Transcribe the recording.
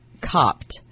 copped